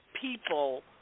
people